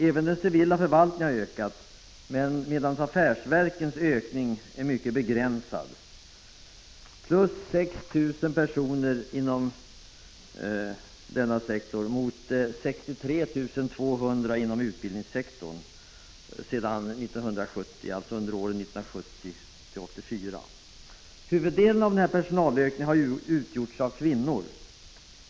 Även den civila förvaltningen har ökat, medan affärsverkens ökning är mycket begränsad — plus 6 000 personer mot utbildningssektorns plus 63 200 personer under perioden 1970-1984. Huvuddelen av denna personalökning har utgjorts av kvinnor.